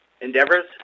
Endeavors